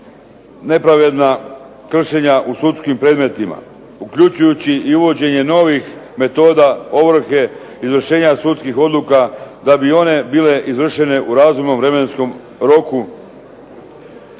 nepravedna kršenja u sudskim predmetima uključujući i uvođenje novih metoda ovrhe izvršenja sudskih odluka da bi one bile izvršene u razumnom vremenskom roku.